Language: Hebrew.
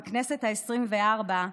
בכנסת העשרים-וארבע,